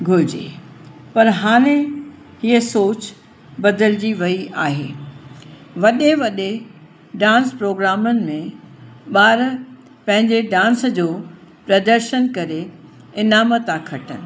घुरिजे पर हाणे इअं सोचि बदिलिजी वेई आहे वॾे वॾे डांस प्रोग्रामनि में ॿार पंहिंजे डांस जो प्रदर्शन करे इनाम था खटनि